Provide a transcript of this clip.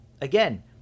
again